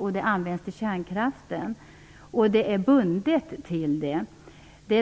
Dessa pengar används sedan till kärnkraften. Pengarna är bundna till det. Det